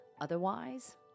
Otherwise